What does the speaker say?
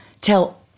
tell